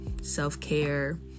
Self-care